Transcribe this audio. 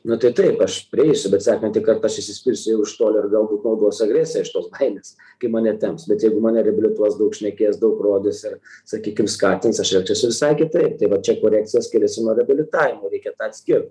nu tai taip aš prieisiu bet sekantį kartą aš išsiskirsiu jau iš toli ir galbūt naudosiu agresiją iš tos baimės kai mane temps bet jeigu mane reabilituos daug šnekės daug rodys ir sakykim skatins elgsiuosi visai kitaip tai va čia korekcija skiriasi nuo reabilitavimo reikia tą atskirt